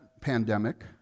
pandemic